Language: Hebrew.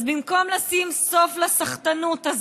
אז במקום לשים סוף לסחטנות הזאת,